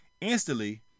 Instantly